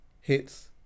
Hits